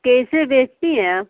कैसे बेचती है आप